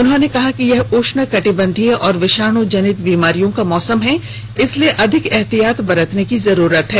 उन्होंने कहा कि यह ऊष्ण कटिबंधीय और विषाणु जनित बीमारियों का मौसम है इसलिए अधिक ऐहतियात बरतने की जरूरत है